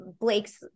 Blake's